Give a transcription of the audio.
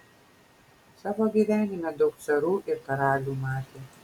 savo gyvenime daug carų ir karalių matė